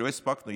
לא הספקנו.